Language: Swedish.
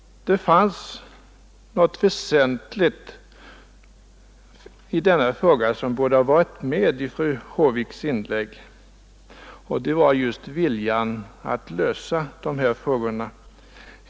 Det är sådana problem som en utredning skall bedöma. Det finns emellertid en väsentlig sak som borde ha varit med i fru Håviks inlägg men som saknades: viljan att lösa den.